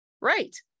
right